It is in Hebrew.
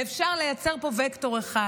ואפשר לייצר פה וקטור אחד.